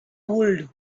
would